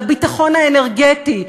לביטחון האנרגטי.